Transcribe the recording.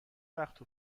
وقت